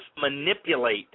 manipulate